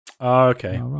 Okay